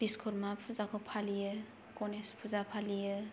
बिस्वकर्मा फुजाखौ फालियो गनेश फुजा फालियो